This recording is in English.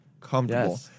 comfortable